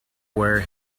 wear